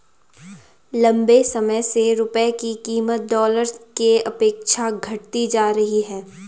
लंबे समय से रुपये की कीमत डॉलर के अपेक्षा घटती जा रही है